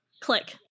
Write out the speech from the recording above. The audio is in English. Click